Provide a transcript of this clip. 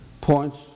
points